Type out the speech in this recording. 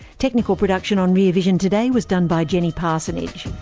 technical production on rear vision today was done by jenny parsonage.